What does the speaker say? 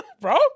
Bro